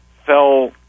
fell